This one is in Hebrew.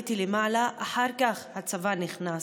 עליתי למעלה, אחר כך הצבא נכנס,